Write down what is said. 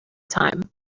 time